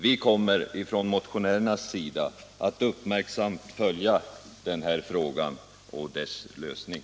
Vi kommer från motionärernas sida att uppmärksamt följa den här frågan och dess lösning.